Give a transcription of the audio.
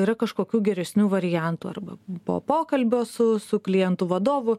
yra kažkokių geresnių variantų arba po pokalbio su su klientų vadovu